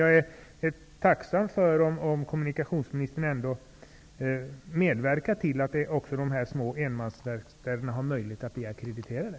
Jag är tacksam om kommunikationsministern ändå medverkar till att också de små enmansverkstäderna har möjlighet att bli ackrediterade.